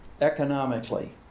economically